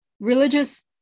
religious